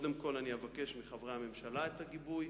קודם כול, אני אבקש מחברי הממשלה את הגיבוי